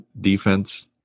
defense